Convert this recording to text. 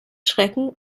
schrecken